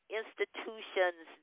institutions